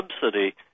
subsidy